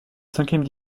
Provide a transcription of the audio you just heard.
cinquième